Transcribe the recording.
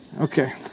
okay